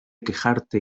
quejarte